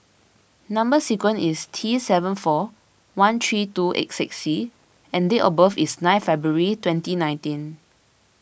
Number Sequence is T seven four one three two eight six C and date of birth is nine February twenty nineteen